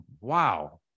wow